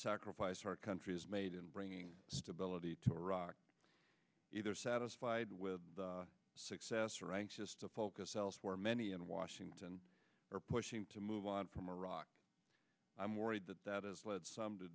sacrifice our country has made in bringing stability to iraq either satisfied with success or anxious to focus elsewhere many in washington are pushing to move on from iraq i'm worried that that has led some to